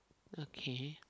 okay